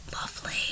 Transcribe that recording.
Lovely